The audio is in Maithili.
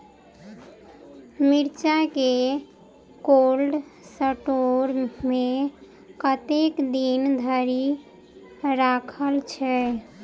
मिर्चा केँ कोल्ड स्टोर मे कतेक दिन धरि राखल छैय?